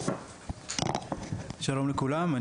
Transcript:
שלום לכולם,